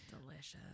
Delicious